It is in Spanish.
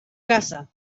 casa